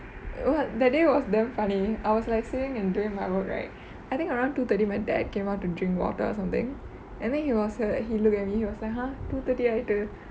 oh ya that day was damn funny I was like sitting and doing my work right I think around two thirty my dad came out to drink water or something and then he was err he look at me he was like !huh! two thirty ஆயிட்டு:aayittu